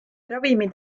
ravimid